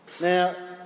Now